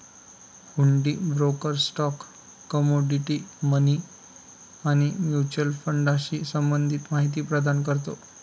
हुंडी broker stock, commodity, money आणि mutual फंडाशी संबंधित माहिती प्रदान करतो